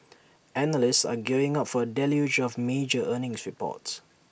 analysts are gearing up for A deluge of major earnings reports